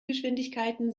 geschwindigkeiten